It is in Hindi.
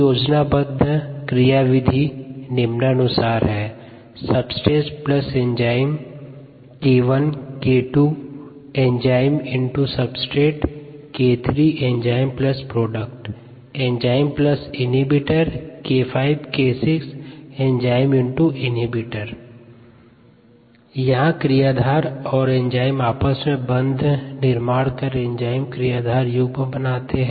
योजनाबद्ध क्रियाविधि इस प्रकार है यहाँ क्रियाधार और एंजाइम आपस में बंध निर्माण कर एंजाइम क्रियाधार युग्म बनाते हैं